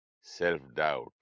self-doubt